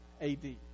AD